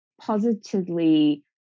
positively